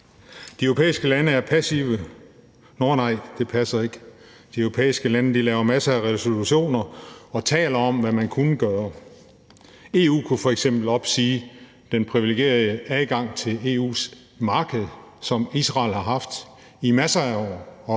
De europæiske lande er passive – nåh nej, det passer ikke – de europæiske lande laver masser af resolutioner og taler om, hvad man kunne gøre. EU kunne f.eks. opsige den privilegerede adgang til EU's marked, som Israel har haft i masser af år